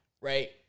right